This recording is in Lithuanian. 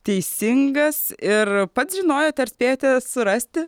teisingas ir pats žinojote ar spėjote surasti